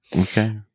Okay